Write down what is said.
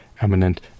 eminent